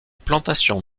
plantations